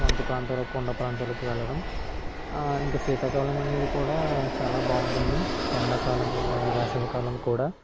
మంచు ప్రాంతాలకి కొండ ప్రాంతాలకి వెళ్ళడం ఇంకా శీతాకాలమనేది కూడా చాలా బాగుంటుంది ఎండకాలము వేసవికాలం కూడా